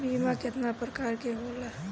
बीमा केतना प्रकार के होला?